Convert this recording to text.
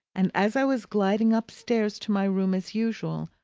and as i was gliding upstairs to my room as usual,